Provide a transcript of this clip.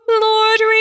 Lord